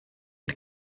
had